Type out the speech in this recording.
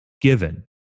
given